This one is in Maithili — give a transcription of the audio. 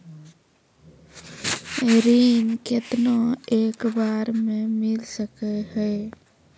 ऋण केतना एक बार मैं मिल सके हेय?